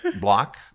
block